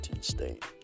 state